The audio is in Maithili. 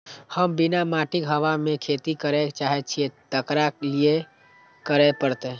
हम बिना माटिक हवा मे खेती करय चाहै छियै, तकरा लए की करय पड़तै?